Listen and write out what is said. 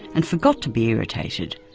and forgot to be irritated.